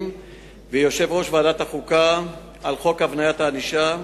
ויושב-ראש ועדת החוקה על חוק הבניית הענישה,